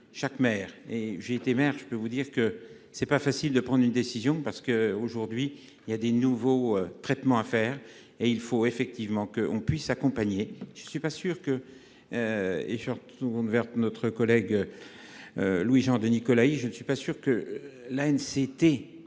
chaque maire et j'ai été maire je peux vous dire que c'est pas facile de prendre une décision parce que aujourd'hui il y a des nouveaux traitements à faire et il faut effectivement qu'on puisse accompagner, je ne suis pas sûr que. Et surtout. Notre collègue. Louis-Jean de Nicolaï, je ne suis pas sûr que la.